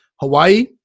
Hawaii